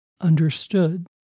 understood